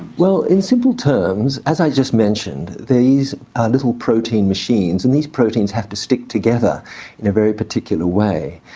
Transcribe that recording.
well in simple terms, as i just mentioned, these are little protein machines and these proteins have to stick together in a very particular way.